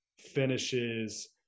finishes